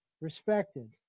respected